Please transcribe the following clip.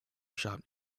shop